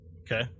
Okay